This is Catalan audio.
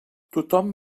tothom